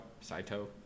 Saito